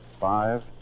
five